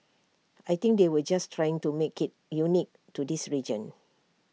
I think they were just trying to make IT unique to this region